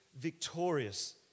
victorious